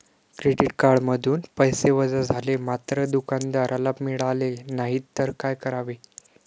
Credit कार्डमधून पैसे वजा झाले मात्र दुकानदाराला मिळाले नाहीत तर काय करावे?